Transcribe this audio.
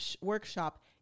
workshop